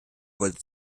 wurde